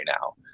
now